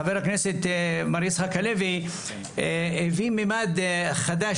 חבר הכנסת מר יצחק הלוי הביא מימד חדש,